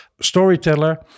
storyteller